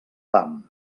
pam